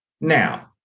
now